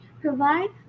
provide